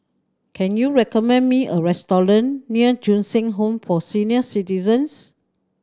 can you recommend me a restaurant near Ju Eng Home for Senior Citizens